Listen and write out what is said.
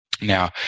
Now